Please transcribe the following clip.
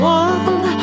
one